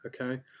okay